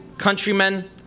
Countrymen